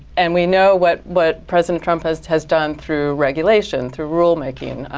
and we know what but president trump has has done through regulation, through rule making,